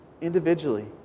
individually